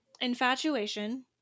infatuation